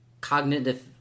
cognitive